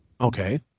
Okay